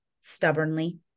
stubbornly